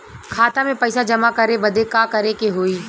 खाता मे पैसा जमा करे बदे का करे के होई?